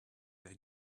they